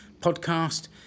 podcast